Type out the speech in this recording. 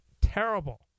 terrible